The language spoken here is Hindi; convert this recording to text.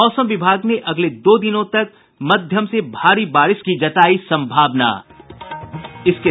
मौसम विभाग ने अगले दो दिनों तक मध्यम से भारी बारिश का जताया पूर्वानुमान